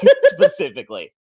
specifically